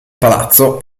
palazzo